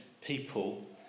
people